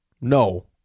No